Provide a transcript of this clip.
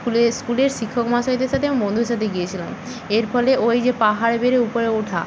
স্কুলে স্কুলের শিক্ষক মহাশয়দের সাথে এবং বন্ধুদের সাথে গিয়েছিলাম এর ফলে ওই যে পাহাড়ে বেয়ে উপরে ওঠা